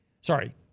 Sorry